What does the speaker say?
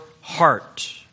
heart